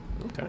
okay